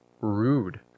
rude